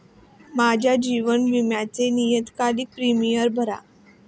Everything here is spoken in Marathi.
माझ्या जीवन विम्याचे नियतकालिक प्रीमियम भरा